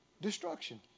destruction